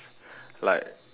like